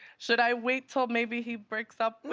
should i wait til maybe he breaks up